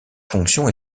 fonctions